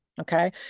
okay